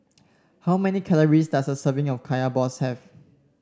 how many calories does a serving of Kaya Balls have